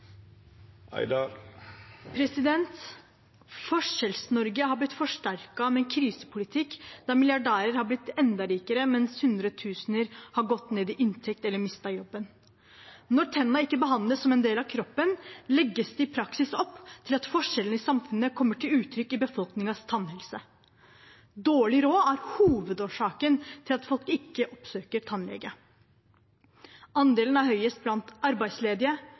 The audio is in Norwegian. har blitt forsterket med en krisepolitikk der milliardærer har blitt enda rikere, mens hundretusener har gått ned i inntekt eller mistet jobben. Når tennene ikke behandles som en del av kroppen, legges det i praksis opp til at forskjellene i samfunnet kommer til uttrykk i befolkningens tannhelse. Dårlig råd er hovedårsaken til at folk ikke oppsøker tannlege. Andelen er høyest blant arbeidsledige,